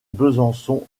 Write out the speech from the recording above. besançon